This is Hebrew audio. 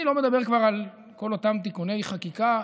אני לא מדבר כבר על כל אותם תיקוני חקיקה,